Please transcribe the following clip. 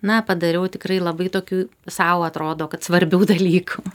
na padariau tikrai labai tokių sau atrodo kad svarbių dalykų